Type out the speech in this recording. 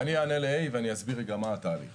אני אענה ל-A ואני אסביר מה התהליך.